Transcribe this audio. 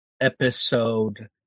episode